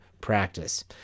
practice